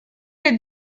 les